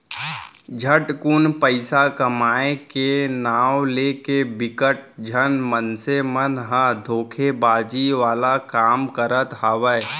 झटकुन पइसा कमाए के नांव लेके बिकट झन मनसे मन ह धोखेबाजी वाला काम करत हावय